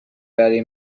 برای